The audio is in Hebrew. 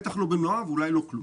בטח לא במלואה ואולי לא כלום.